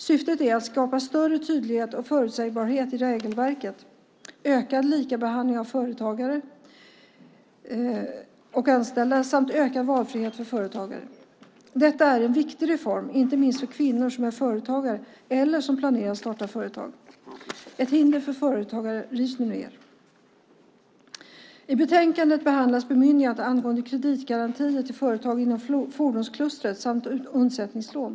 Syftet är att skapa en större tydlighet och förutsägbarhet i regelverket, en ökad likabehandling av företagare och anställda samt en ökad valfrihet för företagare. Detta är en viktig reform, inte minst för kvinnor som är företagare eller som planerar att starta ett företag. Ett hinder för företagarna rivs nu. I betänkandet behandlas frågan om bemyndigande angående kreditgarantier till företag inom fordonsklustret samt undsättningslån.